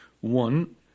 One